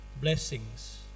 blessings